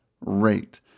rate